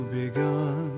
begun